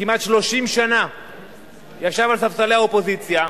שכמעט 30 שנה ישב על ספסלי האופוזיציה,